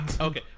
Okay